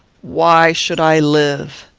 why should i live?